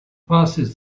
passes